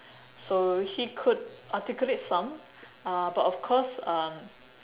so he could articulate some uh but of course um